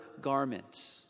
garment